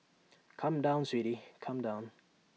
come down sweetie come down